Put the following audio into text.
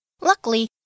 Luckily